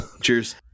Cheers